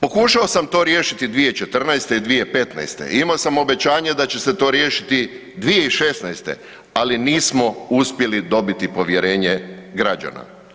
Pokušao sam to riješiti 2014. i 2015., imao sam obećanje da će se to riješiti 2016., ali nismo uspjeli dobiti povjerenje građana.